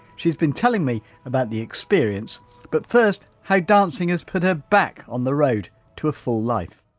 she's been telling me about the experience but first, how dancing has put her back on the road to a full life,